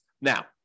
Now